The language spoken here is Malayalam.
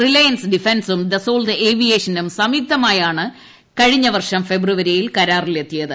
റിലയൻസ് ഡിഫൻസും ദസോൾട്ട് ഏവിയേഷനും സംയുക്തമായാണ് കഴിഞ്ഞ വർഷം ഫെബ്രുവരിയിൽ കരാറിലെത്തിയത്